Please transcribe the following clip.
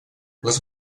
les